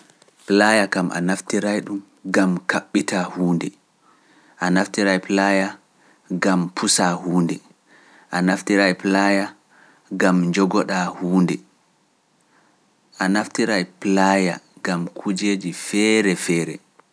Pulaaya kam a naftiraay ɗum gam kaɓɓitaa huunde, a naftiraay Pulaaya gam pusa huunde, a naftiraay Pulaaya gam njogoɗaa huunde, a naftiraay Pulaaya gam kujeeji feere feere.